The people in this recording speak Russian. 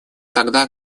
тогда